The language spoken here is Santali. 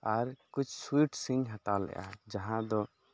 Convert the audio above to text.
ᱟᱨ ᱠᱩᱪᱷ ᱥᱩᱭᱤᱴᱥ ᱤᱧ ᱦᱟᱛᱟᱣᱞᱮᱫᱼᱟ ᱡᱟᱦᱟᱸᱫᱚ